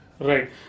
Right